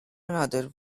another